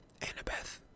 Annabeth